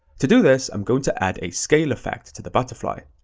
to do this, i'm going to add a scale effect to the butterfly.